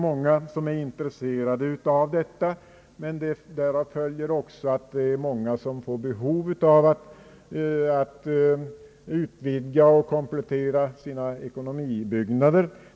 Många är intresserade av detta, men därav följer också ofta behov av att utvidga och komplettera ekonomibyggnaderna.